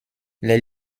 les